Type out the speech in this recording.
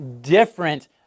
different